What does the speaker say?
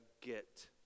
get